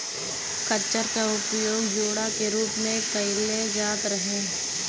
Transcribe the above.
खच्चर क उपयोग जोड़ा के रूप में कैईल जात रहे